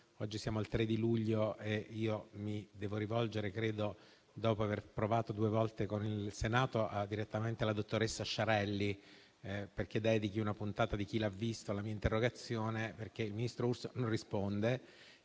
Oggi siamo al 3 luglio e credo che mi dovrò rivolgere, dopo aver provato due volte con il Senato, direttamente alla dottoressa Sciarelli perché dedichi una puntata di «Chi l'ha visto?» alla mia interrogazione, visto che il ministro Urso non risponde.